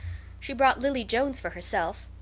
she brought lily jones for herself.